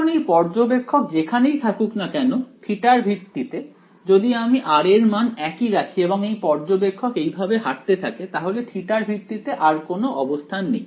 এখন এই পর্যবেক্ষক যেখানেই থাকুক না কেন থিটা এর ভিত্তিতে যদি আমি r এর মান একই রাখি এবং এই পর্যবেক্ষক এইভাবে হাঁটতে থাকে তাহলে থিটা এর ভিত্তিতে আর কোন অবস্থান নেই